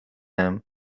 him